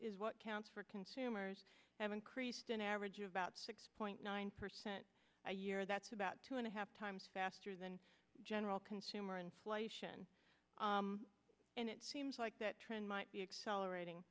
is what counts for consumers have increased an average of about six point nine percent a year that's about two and a half times faster than general consumer inflation and it seems like that trend might be accelerating